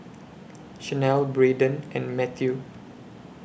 Shanelle Bradyn and Matthew